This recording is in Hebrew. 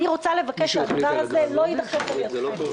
אני רוצה לבקש שהדבר הזה לא יידחף על-ידכם.